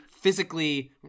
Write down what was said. physically